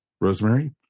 Rosemary